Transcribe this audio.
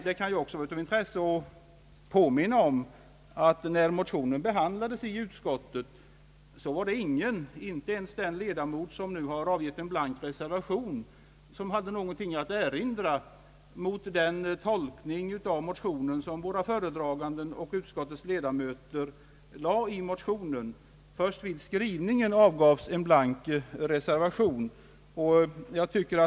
Det kan också vara av intresse att påminna om att när motionen behandlades i utskottet var det ingen — inte ens den ledamot som nu har avgivit en blank reservation — som hade nå gonting att erinra mot den tolkning av motionen som våra föredragande och utskottets ledamöter gjorde. Först vid skrivningen avgavs en blank reservation.